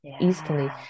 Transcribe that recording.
easily